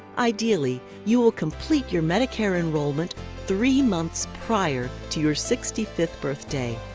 ideally, you will complete your medicare enrollment three months prior to your sixty fifth birthday.